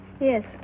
Yes